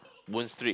moon street